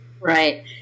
Right